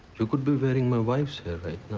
you could be wearing my wife's hair right